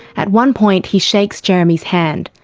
at one point he shakes jeremy's hand.